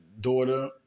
daughter